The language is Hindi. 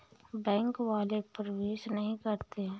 बैंक वाले प्रवेश नहीं करते हैं?